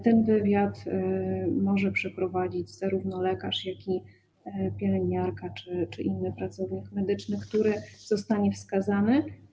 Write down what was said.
Ten wywiad może przeprowadzić zarówno lekarz, jak i pielęgniarka czy inny pracownik medyczny, który zostanie wskazany.